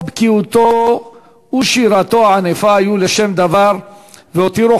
בקיאותו ושירתו הענפה היו לשם דבר והותירו